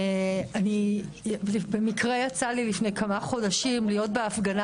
אני במקרה יצא לי לפני כמה חודשים להיות בהפגנה